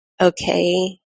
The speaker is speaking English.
Okay